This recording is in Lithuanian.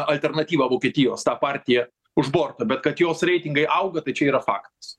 alternatyvą vokietijos tą partiją už borto bet kad jos reitingai auga tai čia yra faktas